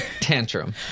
tantrum